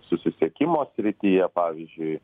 susisiekimo srityje pavyzdžiui